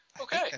Okay